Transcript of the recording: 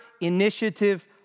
initiative